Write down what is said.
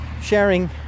sharing